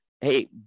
Hey